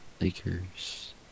Lakers